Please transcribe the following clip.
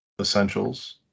essentials